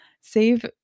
save